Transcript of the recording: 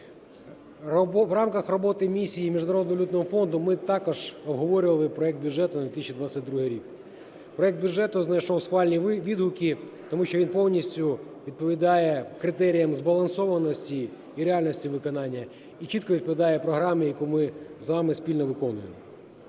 В рамках роботи Місії Міжнародного валютного фонду ми також обговорювали проект бюджету на 2022 рік. Проект бюджету знайшов схвальні відгуки, тому що він повністю відповідає критеріям збалансованості і реальності виконання, і чітко відповідає програмі, яку ми з вами спільно виконуємо.